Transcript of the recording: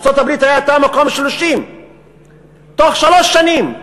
ארצות-הברית הייתה במקום 30. בתוך שלוש שנים,